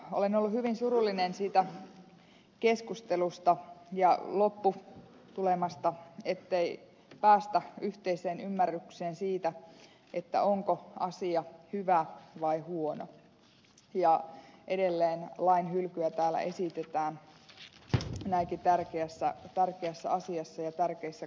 olen ollut hyvin surullinen siitä keskustelusta ja lopputulemasta ettei päästä yhteiseen ymmärrykseen siitä onko asia hyvä vai huono ja edelleen lain hylkyä täällä esitetään näinkin tärkeässä asiassa ja tärkeissä korjauksissa